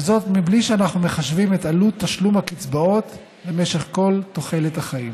וזאת בלי שאנחנו מחשבים את עלות תשלום הקצבאות למשך כל תוחלת החיים.